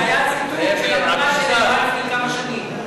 לא, זה היה ציטוט של אמירה שנאמרה לפני כמה שנים.